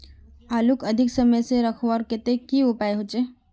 आलूक अधिक समय से रखवार केते की उपाय होचे?